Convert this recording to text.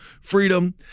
freedom